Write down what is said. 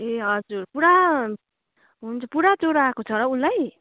ए हजुर पुरा हुन्छ पुरा ज्वरो आएको छ र उसलाई